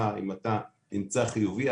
אם אתה נמצא חיובי,